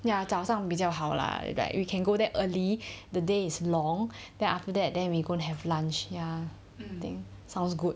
ya 早上比较好啦 like we can go there early the day is long then after that then we go have lunch ya I think sounds good